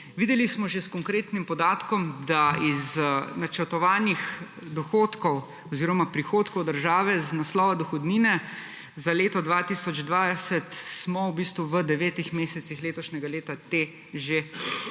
Videli smo že s konkretnim podatkom, da iz načrtovanih dohodkov oziroma prihodkov države z naslova dohodnine za leto 2020 smo v bistvu v devetih mesecih letošnjega leta te že